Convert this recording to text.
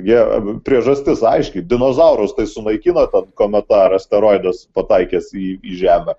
gi priežastis aiški dinozaurus tai sunaikino ten kometa ar asteroidas pataikęs į į žemę